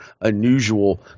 unusual